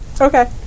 Okay